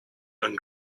and